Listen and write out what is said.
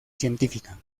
científica